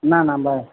ના ના બસ